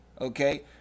Okay